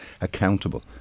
accountable